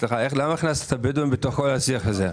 למה הכנסת את הבדואים בתוך כל השיח הזה.